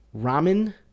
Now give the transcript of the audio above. ramen